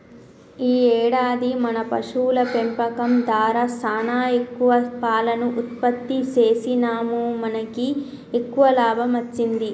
ఈ ఏడాది మన పశువుల పెంపకం దారా సానా ఎక్కువ పాలను ఉత్పత్తి సేసినాముమనకి ఎక్కువ లాభం అచ్చింది